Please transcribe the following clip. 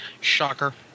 Shocker